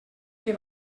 que